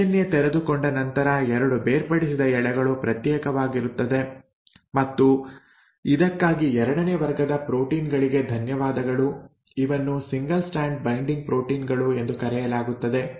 DNA ತೆರೆದುಕೊಂಡ ನಂತರ 2 ಬೇರ್ಪಡಿಸಿದ ಎಳೆಗಳು ಪ್ರತ್ಯೇಕವಾಗಿರುತ್ತವೆ ಮತ್ತು ಇದಕ್ಕಾಗಿ ಎರಡನೇ ವರ್ಗದ ಪ್ರೋಟೀನ್ ಗಳಿಗೆ ಧನ್ಯವಾದಗಳು ಇವನ್ನು ಸಿಂಗಲ್ ಸ್ಟ್ರಾಂಡ್ ಬೈಂಡಿಂಗ್ ಪ್ರೋಟೀನ್ ಗಳು ಎಂದು ಕರೆಯಲಾಗುತ್ತದೆ